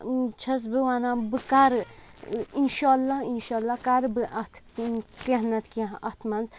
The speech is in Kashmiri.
چھَس بہٕ وَنان بہٕ کَرٕ اِنشا اَللہ اِنشا اَللہ کَرٕ بہٕ اَتھ کیٚنٛہہ نَتہٕ کیٚنٛہہ اَتھ منٛز